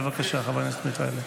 בבקשה, חברת הכנסת מיכאלי.